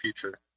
future